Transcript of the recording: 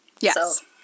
Yes